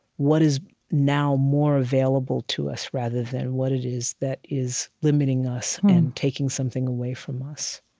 what is now more available to us, rather than what it is that is limiting us and taking something away from us,